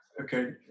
Okay